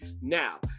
Now